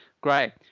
Great